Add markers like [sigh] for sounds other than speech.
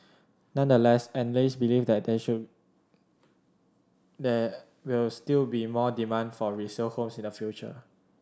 nonetheless analyst believe that they [unintelligible] there will still be more demand for resale homes in the future